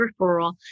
referral